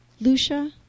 Lucia